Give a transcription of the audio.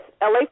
LA